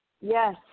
Yes